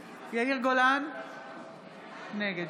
גולן, נגד